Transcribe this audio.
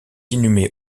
inhumé